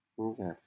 Okay